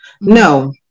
No